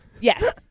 Yes